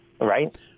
right